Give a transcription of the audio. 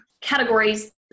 categories